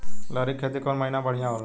लहरी के खेती कौन महीना में बढ़िया होला?